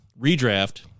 Redraft –